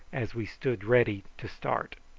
as we stood ready to start.